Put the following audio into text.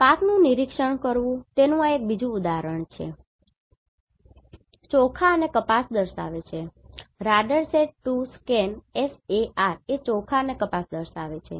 પાકનું નિરીક્ષણ કરવું તેનું આ એક બીજું ઉદાહરણ છે Radarsat 2 scan SAR ચોખા અને કપાસ દર્શાવે છે